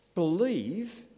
Believe